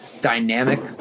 dynamic